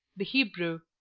the hebrew,